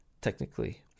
technically